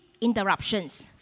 interruptions